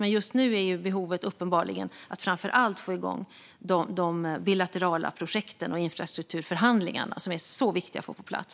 Men just nu är behovet uppenbarligen att framför allt få igång de bilaterala projekten och infrastrukturförhandlingarna, som är så viktiga att få på plats.